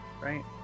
right